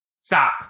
Stop